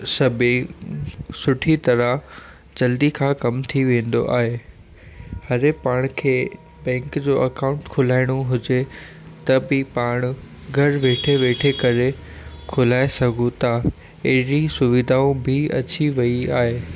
सभेई सुठी तरह जल्दी खां कमु थी वेंदो आहे हरे पाण खे बैंक जो अकाउंट खोलाइणो हुजे त बि पाणि घर वेठे वेठे करे खोलाए सघू था अहिड़ी सुविधाऊं बि अची वेई आहे